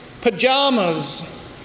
pajamas